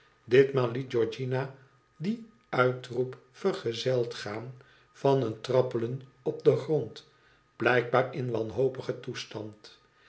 ditmaal liet georgiana dien uitroep vergezeld gaan van een trappelen op den grond blijkbaar in wanhopigen toestand